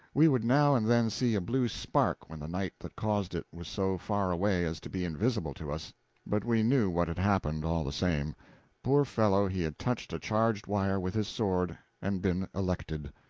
we would now and then see a blue spark when the knight that caused it was so far away as to be invisible to us but we knew what had happened, all the same poor fellow, he had touched a charged wire with his sword and been electrocuted.